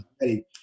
ready